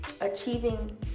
achieving